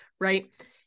right